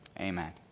amen